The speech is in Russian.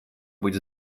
быть